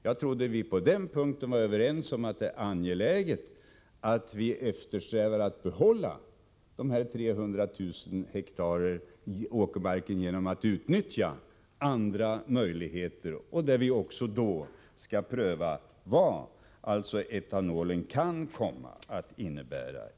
Jag trodde vi på den punkten var överens om att det är angeläget att vi eftersträvar att behålla dessa 300 000 hektar åkermark genom att utnyttja andra möjligheter och att vi i det sammanhanget prövar vad etanolen kan komma att innebära.